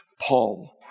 Paul